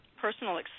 personal